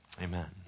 amen